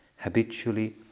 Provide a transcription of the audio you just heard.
habitually